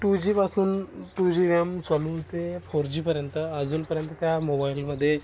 to जीपासून two G RAM चालवून ते फोर जीपर्यंत अजूनपर्यंत त्या मोबाईलमदे